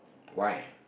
why